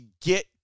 get